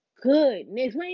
goodness